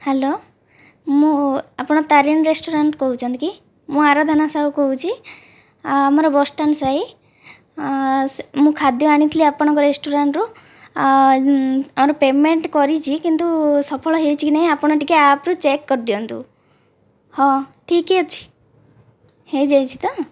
hello ମୁଁ ଆପଣ Tarini restaurant କହୁଛନ୍ତି କି ମୁଁ ଆରାଧନା ସାହୁ କହୁଛି ଆଉ ଆମର ବସ୍ ଷ୍ଟାଣ୍ଡ ସାହି ମୁଁ ଖାଦ୍ୟ ଆଣିଥିଲି ଆପଣଙ୍କ ରେଷ୍ଟୁରାଣ୍ଟରୁ ଆମର ପେମେଣ୍ଟ କରିଛି କିନ୍ତୁ ସଫଳ ହୋଇଛି କି ନାହିଁ ଆପଣ ଟିକେ ଆପ୍ରୁ ଚେକ୍ କରିଦିଅନ୍ତୁ ହଁ ଠିକି ଅଛି ହୋଇଯାଇଛି ତ'